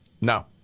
No